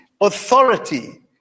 authority